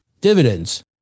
Dividends